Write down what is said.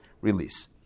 release